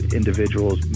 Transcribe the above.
individuals